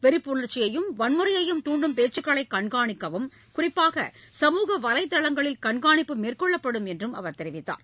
வெறுப்புணர்ச்சியையும் வன்முறையையும் தூண்டும் பேச்சுக்களை கண்காணிக்கவும் குறிப்பாக சமூக வலைதளங்களில் கண்காணிப்பு மேற்கொள்ளப்படும் என்றும் அவர் தெரிவித்தார்